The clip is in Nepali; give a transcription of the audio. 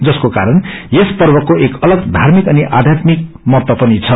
जसको कारण यस पर्वको एक अलग पर्धर्मिक अनि आध्यत्मिक मझ्त्व पनि छ